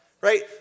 Right